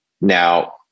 Now